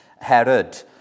Herod